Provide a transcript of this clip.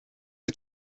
die